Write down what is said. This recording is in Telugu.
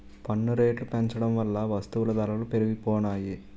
పన్ను రేట్లు పెంచడం వల్ల వస్తువుల ధరలు పెరిగిపోనాయి